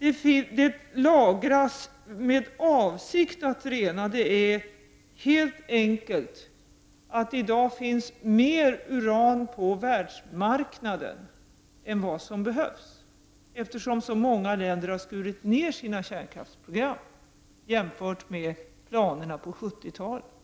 uranet lagras med avsikten att det skall renas är helt enkelt att det i dag finns mer uran på världsmarknaden än som behövs. Många länder har ju skurit ned sina kärnkraftsprogram, jämfört med planerna på 70-talet.